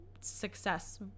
success